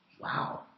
Wow